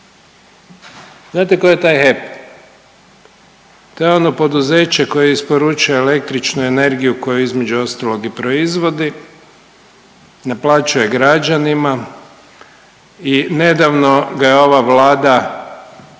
Znate tko je taj HEP? To je ono poduzeće koje isporučuje električnu energiju koju između ostalog i proizvodi, naplaćuje građanima i nedavno ga je ova Vlada